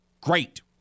Great